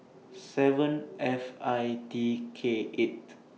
seven F I T K eight